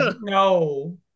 No